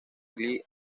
glee